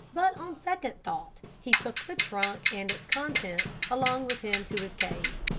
but on second thought he took the trunk and its contents along with him to his cave.